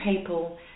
people